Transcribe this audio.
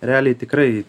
realiai tikrai